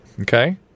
Okay